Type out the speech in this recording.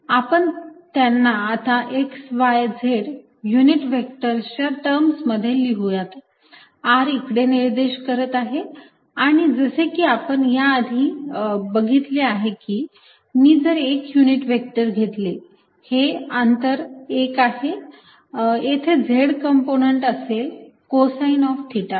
आपण त्यांना आता x y z युनिट व्हेक्टरच्या टर्म्स मध्ये लिहूयात r इकडे निर्देश करत आहे आणि जसे की आपण या आधी बघितले आहे की मी जर एक युनिट व्हेक्टर घेतले हे अंतर 1 आहे येथे z कंपोनंट असेल कोसाइन ऑफ थिटा